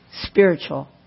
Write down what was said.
spiritual